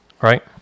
right